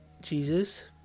Jesus